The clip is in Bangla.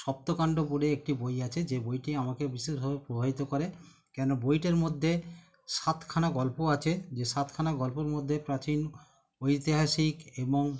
সপ্তকাণ্ড বলে একটি বই আছে যে বইটি আমাকে বিশেষভাবে প্রভাবিত করে কেন বইটার মধ্যে সাতখানা গল্প আছে যে সাতখানা গল্পর মধ্যে প্রাচীন ঐতিহাসিক এবং